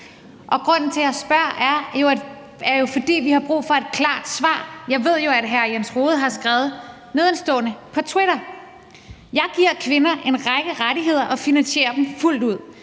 Og grunden til, at jeg spørger, er jo, at vi har brug for et klart svar. Jeg ved jo, at hr. Jens Rohde har skrevet nedenstående på Twitter: »Jeg giver kvinder en række rettigheder og finansierer dem fuldt ud.